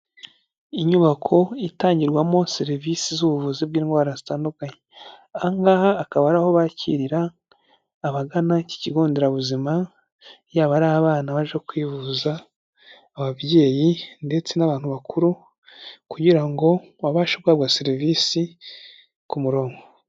Inyubako itangirwamo serivisi z'ubuvuzi bw'indwara zitandukanye, aha ngaha akaba ari aho bakirira abagana iki kigo nderabuzima, yaba ari abana baje kwivuza, ababyeyi ndetse n'abantu bakuru, kugira ngo babashe guhabwa serivisi ku muronko.